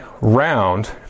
round